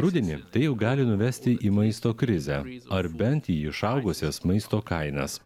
rudenį tai jau gali nuvesti į maisto krizę ar bent į išaugusias maisto kainas